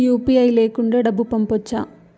UPI లేకుండా డబ్బు పంపొచ్చా